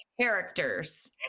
characters